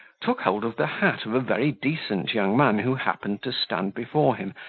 took hold of the hat of a very decent young man who happened to stand before him,